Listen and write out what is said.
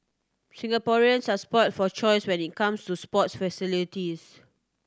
Singaporeans are spoilt for choice when it comes to sports facilities